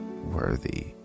worthy